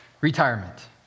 retirement